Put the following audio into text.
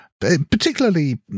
particularly